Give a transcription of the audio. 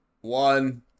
one